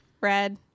red